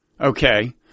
Okay